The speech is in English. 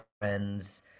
friends